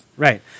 Right